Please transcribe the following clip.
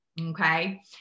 Okay